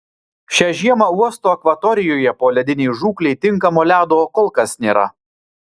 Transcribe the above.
šią žiemą uosto akvatorijoje poledinei žūklei tinkamo ledo kol kas nėra